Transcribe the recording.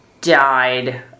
died